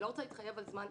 אני לא רוצה להתחייב על זמן,